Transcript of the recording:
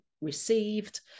received